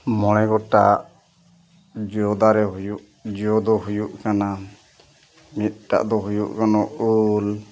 ᱢᱚᱬᱮ ᱜᱚᱴᱟᱜ ᱡᱚ ᱫᱟᱨᱮ ᱦᱩᱭᱩᱜ ᱡᱚ ᱫᱚ ᱦᱩᱭᱩᱜ ᱠᱟᱱᱟ ᱢᱤᱫᱴᱟᱜ ᱫᱚ ᱦᱩᱭᱩᱜ ᱠᱟᱱᱟ ᱩᱞ